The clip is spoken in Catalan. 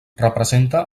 representa